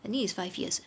I think it's five years ah